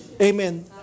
amen